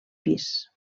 pis